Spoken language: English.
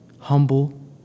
Humble